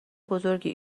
بزرگی